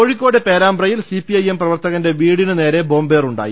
കോഴിക്കോട് പേരാമ്പ്രയിൽ C P I M പ്രവർത്തകന്റെ വീടിനുനേരെ ബോംബേറുണ്ടായി